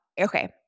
Okay